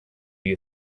you